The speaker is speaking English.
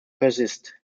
persist